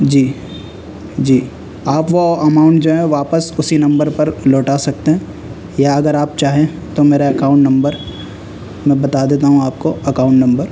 جی جی آپ وہ اماؤنٹ جو ہے واپس اسی نمبر پر لوٹا سکتے ہیں یا اگر آپ چاہیں تو میرا اکاؤنٹ نمبر میں بتا دیتا ہوں آپ کو اکاؤنٹ نمبر